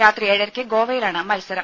രാത്രി ഏഴരയ്ക്ക് ഗോവയിലാണ് മത്സരം